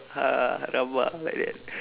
ha rabak brother